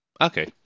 Okay